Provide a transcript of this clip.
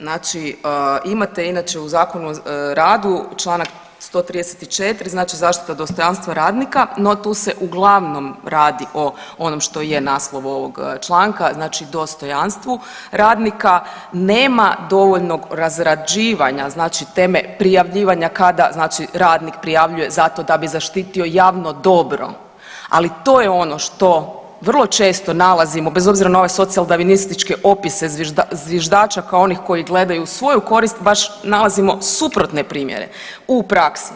Znači imate inače u Zakonu o radu čl. 134. znači zaštita dostojanstva radnika, no tu se uglavnom radi o onom što je naslov ovog članstva, znači dostojanstvu radnika, nema dovoljnog razrađivanja znači teme prijavljivanja kada znači radnik prijavljuje zato da bi zaštitio javno dobro, ali to je ono što vrlo često nalazimo bez obzira na ovaj socijaldarvinističke opise zviždača kao onih koji gledaju svoju korist baš nalazimo suprotne primjere u praksi.